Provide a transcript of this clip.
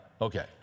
Okay